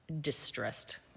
distressed